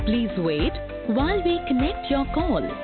please wait will we connect your call